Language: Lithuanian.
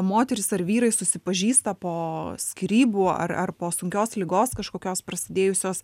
moterys ar vyrai susipažįsta po skyrybų ar ar po sunkios ligos kažkokios prasidėjusios